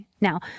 now